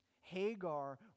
Hagar